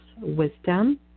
wisdom